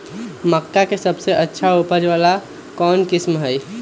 मक्का के सबसे अच्छा उपज वाला कौन किस्म होई?